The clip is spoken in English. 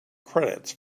credits